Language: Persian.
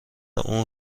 اون